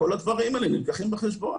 כל הדברים האלה נלקחים בחשבון.